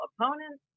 opponents